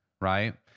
right